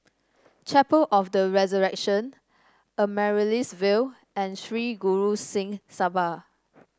Chapel of The Resurrection Amaryllis Ville and Sri Guru Singh Sabha